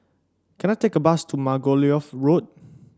can I take a bus to Margoliouth Road